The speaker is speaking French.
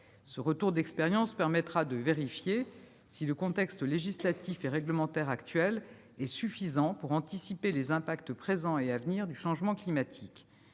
soit réalisé. Il permettra de vérifier si le contexte législatif et réglementaire actuel est suffisant pour anticiper les impacts présents et à venir du changement climatique.